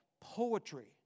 poetry